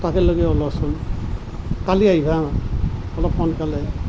তালৈ ওলাবাচোন কালি আহিবা হা অলপ সোনকালে